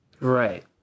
right